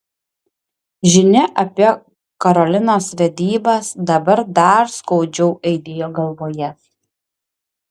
žinia apie karolinos vedybas dabar dar skaudžiau aidėjo galvoje